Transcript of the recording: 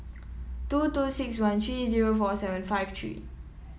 two two six one three zero four seven five three